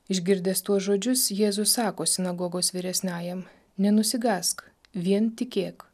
išgirdęs tuos žodžius jėzus sako sinagogos vyresniajam nenusigąsk vien tikėk